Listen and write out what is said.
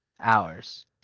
hours